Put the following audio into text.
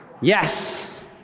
yes